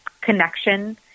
connection